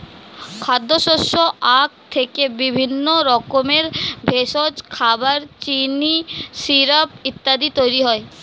খাদ্যশস্য আখ থেকে বিভিন্ন রকমের ভেষজ, খাবার, চিনি, সিরাপ ইত্যাদি তৈরি হয়